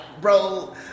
bro